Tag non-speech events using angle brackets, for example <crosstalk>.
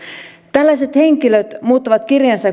tällaiset henkilöt muuttavat kirjansa <unintelligible>